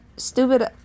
stupid